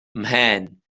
mhen